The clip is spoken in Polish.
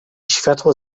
światła